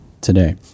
today